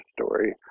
story